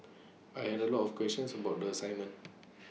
I had A lot of questions about the assignment